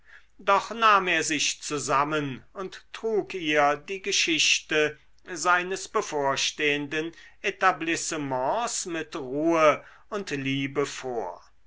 doch nahm er sich zusammen und trug ihr die geschichte seines bevorstehenden etablissements mit ruhe und liebe vor